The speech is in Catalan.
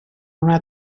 una